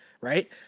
right